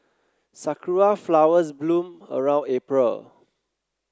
sakura flowers bloom around April